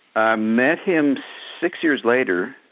i met him six years later,